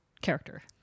character